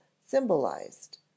symbolized